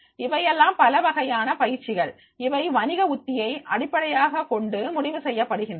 இவையெல்லாம் பல வகையான பயிற்சிகள் இவை வணிக உத்தியை அடிப்படையாகக் கொண்டு முடிவு செய்யப்படுகின்றன